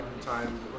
time